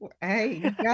hey